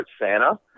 Santa